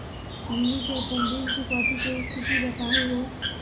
हमनी के अपन ऋण चुकौती के स्थिति बताहु हो?